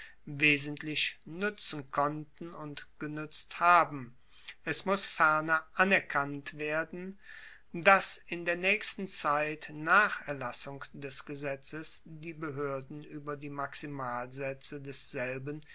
nuetzen konnten und genuetzt haben es muss ferner anerkannt werden dass in der naechsten zeit nach erlassung des gesetzes die behoerden ueber die maximalsaetze desselben